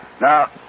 Now